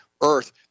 Earth